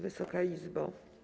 Wysoka Izbo!